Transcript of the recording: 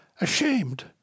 ashamed